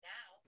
Now